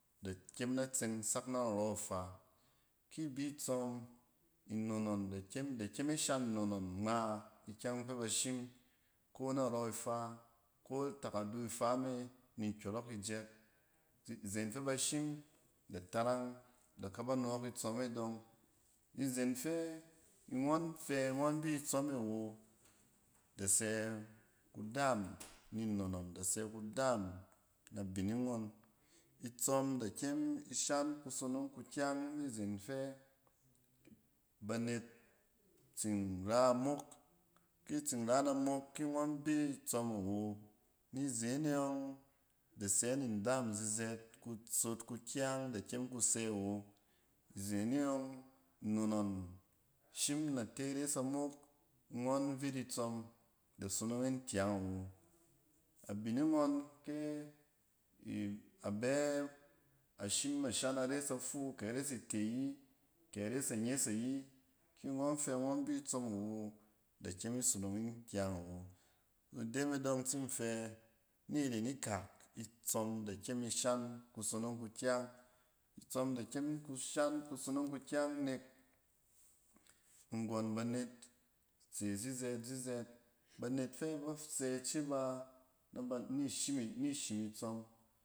Da kyem na tseng sak narↄ ifa ki bi tsↄm, nnon ngↄn, da kyem ishan nnon ngↄn ngma ikyɛng fɛ ba shim narↄ ifa, na a takadu ifa me ni nkyↄrↄk icɛɛt. ni zen fɛ ba shim da tarang, da kaba nↄↄk itsↄm e dↄng. Ni zen fɛ ngↄn fɛ ngↄn fɛ ngↄn bi tsↄm e wo, do sɛ kudaam na bining ngↄn. Itsↄm da kyem ku shan kusonong kukyang nizen fɛ banet tsin ra-amok. Ki tsin ran amok ki ngↄn bi itsↄm awo, ni zen e yↄng da sɛn ndaam zizɛt kusot kukyang da kyem ku sɛ wo. Izen e ↄng, nnon ngↄn shim n ate res amok ngↄn vit itsↄm, da sonong yin kyang awo. Abining ngↄn kɛ abɛ, ashim ashan ares afuu kɛ are site ayi kɛ ares anyɛs ayi, ki ngↄn fɛ ba ngↄn bi itsↄm awo, da kyem isonong yin kyang awo. Ide me dↄng in tsin fɛ niren ikak, itsↄm da kyem ku shan kusonong kukyang. itsↄm da kyem ku shan kusonong kukyang nek nggↄn banet se zizɛt-zizɛt. Banet fɛ ba sɛ ke ba nɛ ba, ni shim i-ni shi itsↄm.